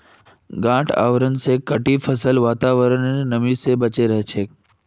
गांठ आवरण स कटी फसल वातावरनेर नमी स बचे रह छेक